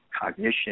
cognition